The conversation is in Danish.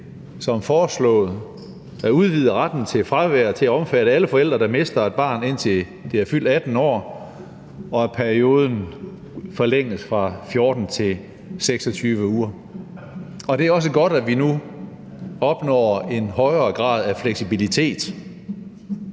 som foreslået at udvide retten til fravær til at omfatte alle forældre, der mister et barn, indtil det er fyldt 18 år, og at perioden forlænges fra 14 til 26 uger. Det er også godt, at vi nu opnår en højere grad af fleksibilitet.